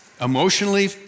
emotionally